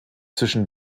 zwischen